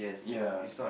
ya